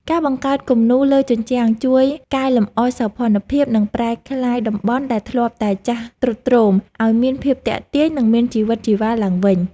ការបង្កើតគំនូរលើជញ្ជាំងជួយកែលម្អសោភ័ណភាព និងប្រែក្លាយតំបន់ដែលធ្លាប់តែចាស់ទ្រុឌទ្រោមឱ្យមានភាពទាក់ទាញ និងមានជីវិតជីវ៉ាឡើងវិញ។